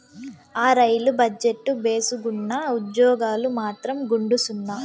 ఆ, రైలు బజెట్టు భేసుగ్గున్నా, ఉజ్జోగాలు మాత్రం గుండుసున్నా